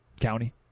county